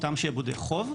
אותם שעבודי חוב.